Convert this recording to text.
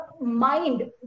mind